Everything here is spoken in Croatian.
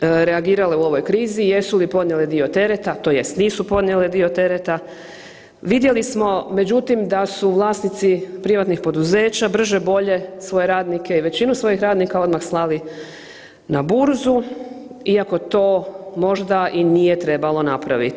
reagirale u ovoj krizi jesu li podnijele dio terete tj. nisu podnijele dio tereta, vidjeli smo međutim da su vlasnici privatnih poduzeća brže bolje svoje radnike i većinu svojih radnika odmah slali na burzu iako to možda i nije trebalo napraviti.